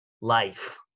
life